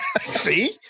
See